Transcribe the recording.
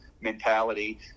mentality